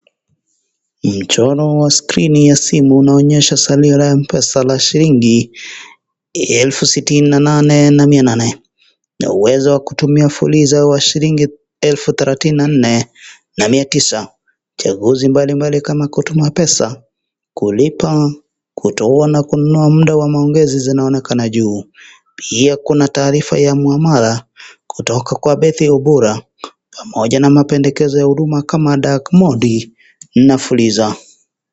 Mchoro wa skrini ya simu inaonyesha salio la Mpesa la shilingi elfu sitini na nane na Mia nane, na uwezo wa kutumia fuliza wa shilingi elfu thelathini na nne na Mia tisa. Chaguzi mbalimbali kama kutuma pesa, kulipa, kutoa na kununua muda wa maongezi zinaonekana juu. Pia kuna taarifa ya mwamara kutoka kwa Betty obura pamoja na mapendekezo ya huduma kama dark modi na fuliza.